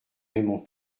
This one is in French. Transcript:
raymond